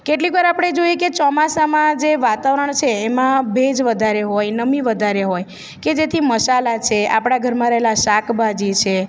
કેટલીક વાર આપણે જોઈએ કે ચોમાસામાં જે વાતાવરણ છે એમાં ભેજ વધારે હોય નમી વધારે હોય કે જેથી મસાલા છે આપણા ઘરમાં રહેલા શાકભાજી છે